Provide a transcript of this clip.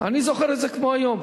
אני זוכר את זה כמו היום,